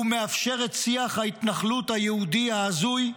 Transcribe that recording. הוא מאפשר את שיח ההתנחלות היהודי ההזוי,